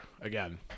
again